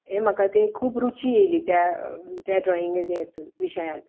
हें म्हाका ते खूब रुची आयली त्या ड्रोइंग हातून विशयान